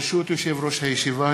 ברשות יושב-ראש הישיבה,